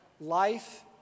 Life